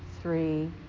three